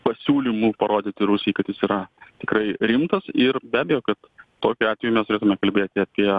pasiūlymu parodyti rusijai kad jis yra tikrai rimtas ir be abejo kad tokiu atveju mes turėtume kalbėti apie